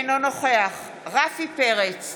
אינו נוכח רפי פרץ,